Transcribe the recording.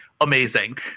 amazing